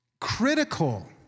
critical